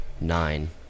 nine